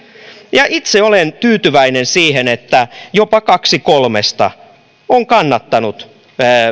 itse olen tyytyväinen siihen että jopa kaksi kolmesta on kannattanut